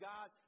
God